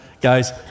Guys